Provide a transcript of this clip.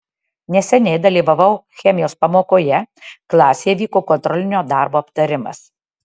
neseniai dalyvavau chemijos pamokoje klasėje vyko kontrolinio darbo aptarimas